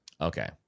okay